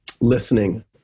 Listening